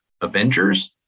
Avengers